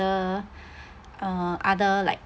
uh other like